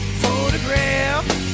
photograph